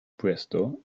puesto